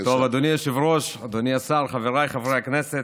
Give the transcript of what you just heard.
אדוני היושב-ראש, אדוני השר, חבריי חברי הכנסת,